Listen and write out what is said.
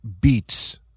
beats